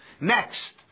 Next